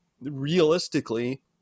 realistically